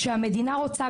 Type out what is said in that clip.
כאשר המדינה רוצה,